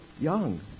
young